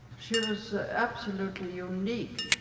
she was absolutely unique.